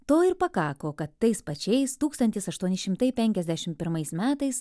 to ir pakako kad tais pačiais tūkstantis aštuoni šimtai penkiasdešim pirmais metais